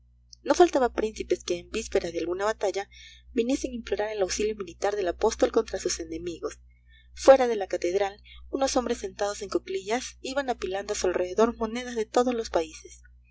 no faltaban príncipes que en vísperas de alguna batalla viniesen a implorar el auxilio militar del apóstol contra sus enemigos fuera de la catedral unos hombres sentados en cuclillas iban apilando a su alrededor monedas de todos los países